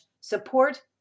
support